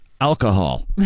alcohol